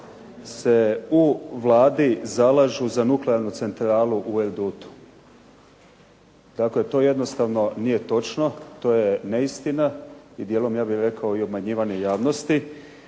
se u Vladi zalažu za nuklearnu centralu u Erdutu. Kako to jednostavno nije točno, to je neistina i dijelom ja bih rekao i obmanjivanje javnosti.